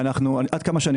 ועד כמה שאני